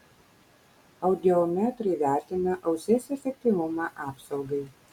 audiometrai vertina ausies efektyvumą apsaugai